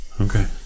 Okay